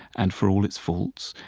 and for all its faults,